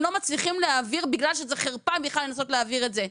לא מצליחים להעביר בגלל שזה חרפה בכלל לנסות להעביר את זה.